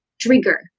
trigger